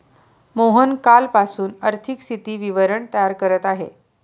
मोहन कालपासून आर्थिक स्थिती विवरण तयार करत आहे